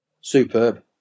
Superb